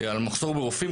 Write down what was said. על מחסור ברופאים,